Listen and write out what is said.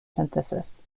synthesis